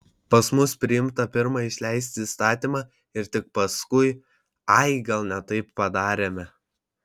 pas mus priimta pirma išleisti įstatymą ir tik paskui ai gal ne taip padarėme